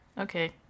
okay